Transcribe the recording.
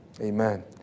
Amen